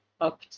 up